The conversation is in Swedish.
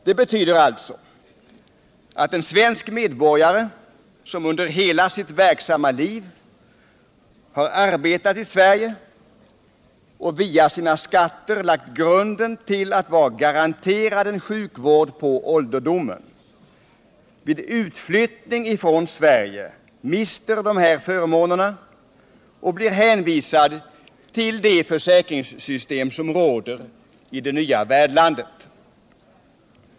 Det betyder alltså att en svensk medborgare, som under hela sitt verksamma liv arbetat i Sverige och via sina skatter lagt grunden för att vara garanterad sjukvård på ålderdomen, vid utflyttning från Sverige mister dessa förmåner och blir hänvisad till det försäkringssystem som råder i det nya värdlandet.